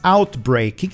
Outbreak